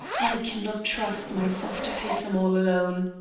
i cannot trust myself to face him all alone.